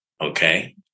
okay